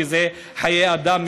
כי זה חיי אדם,